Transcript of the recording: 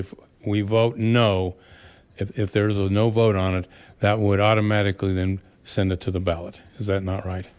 if we vote no if there's a no vote on it that would automatically then send it to the ballot is that not right